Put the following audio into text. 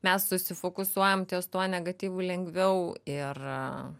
mes susifokusuojam ties tuo negatyvu lengviau ir